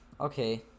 Okay